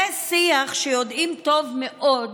זה שיח שיודעים טוב מאוד